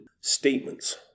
statements